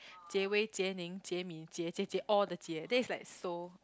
Jie-Wei Jie-Ning Jie-Min Jie Jie Jie all the Jie then it's like so